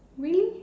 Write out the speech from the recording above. really